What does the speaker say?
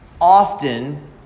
often